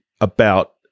about-